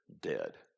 dead